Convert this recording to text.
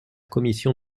commission